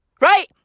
Right